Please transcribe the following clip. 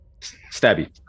Stabby